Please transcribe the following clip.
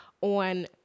on